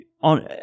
on